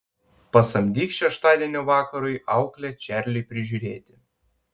pasamdyk šeštadienio vakarui auklę čarliui prižiūrėti